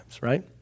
right